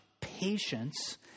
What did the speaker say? patience